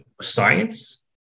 science